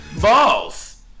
balls